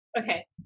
okay